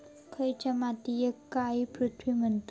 खयच्या मातीयेक काळी पृथ्वी म्हणतत?